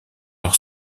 leur